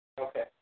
Okay